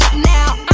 now